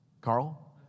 Carl